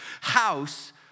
house